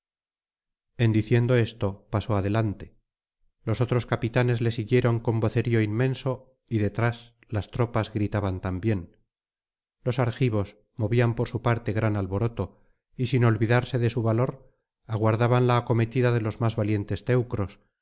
en diciendo esto pasó adelante los otros capitanes le siguieron con vocerío inmenso y detrás las tropas gritaban también los argivos movían por su parte gran alboroto y sin olvidarse de su valor aguardaban la acometida de los más valientes teneros y